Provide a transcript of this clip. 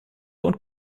und